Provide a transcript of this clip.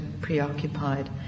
preoccupied